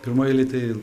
primoj eilėj tai